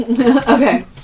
Okay